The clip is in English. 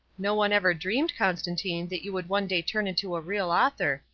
no one ever dreamed, constantine, that you would one day turn into a real author.